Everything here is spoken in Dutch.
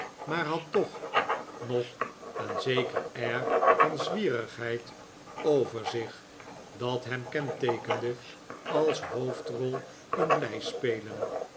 maar had toch nog een zeker air van zwierigheid over zich dat hem kenteekende als hoofdrol in blij spelen